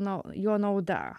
nu jo nauda